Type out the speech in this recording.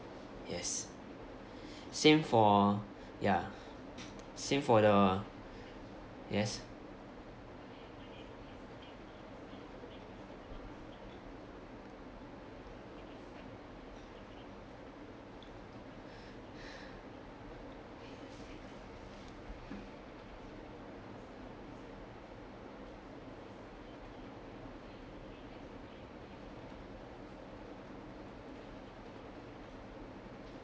yes same for ya same for the yes